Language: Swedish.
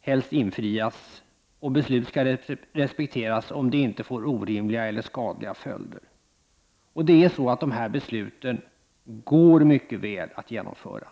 helst infrias och beslut skall respekteras om de inte får orimliga eller skadliga följder. Dessa beslut går mycket väl att genomföra.